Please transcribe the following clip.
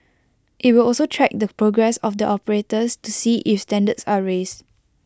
IT will also track the progress of the operators to see if standards are raised